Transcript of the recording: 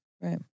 Right